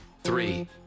Three